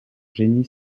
génie